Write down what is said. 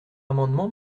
amendement